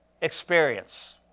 Experience